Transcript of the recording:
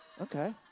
Okay